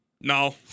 No